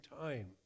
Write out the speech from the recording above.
time